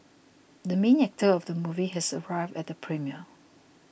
the main actor of the movie has arrived at premiere